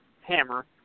hammer